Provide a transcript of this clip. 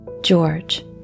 George